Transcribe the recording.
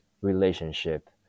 relationship